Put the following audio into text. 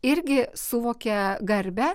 irgi suvokė garbę